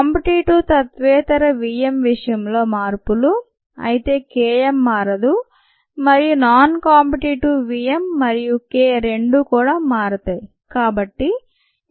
competitive తత్వేతర v m విషయంలో మార్పు లు అయితే K m మారదు మరియు నాన్ కాంపిటీటివ్ V m మరియు K రెండూ కూడా మారతాయి